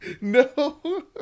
No